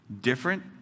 Different